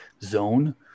zone